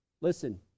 listen